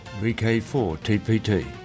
VK4TPT